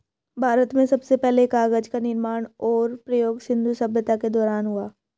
भारत में सबसे पहले कागज़ का निर्माण और प्रयोग सिन्धु सभ्यता के दौरान हुआ